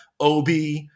OB